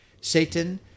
Satan